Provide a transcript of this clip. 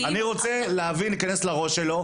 אני רוצה להיכנס לראש שלו,